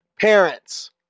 parents